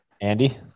Andy